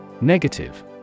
Negative